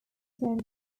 terms